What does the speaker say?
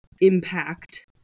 impact